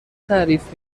تعریف